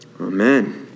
Amen